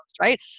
right